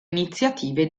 iniziative